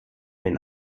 den